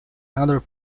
another